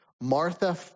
Martha